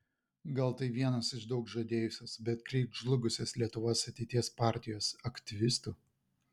gal tai vienas iš daug žadėjusios bet greit žlugusios lietuvos ateities partijos aktyvistų